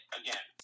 again